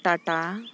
Tata